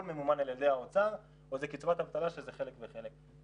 ממומן על ידי האוצר או זה קצבת אבטלה שזה חלק וחלק,